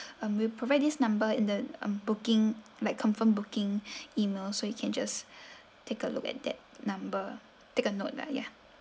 and we'll provided this number in the um booking like confirm booking email so you can just take a look at that number take a note lah ya